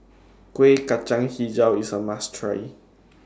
Kueh Kacang Hijau IS A must Try